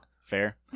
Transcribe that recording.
Fair